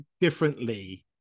differently